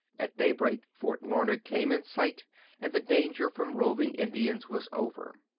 at daybreak fort larned came in sight and the danger from roving indians was over.